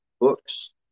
books